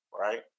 Right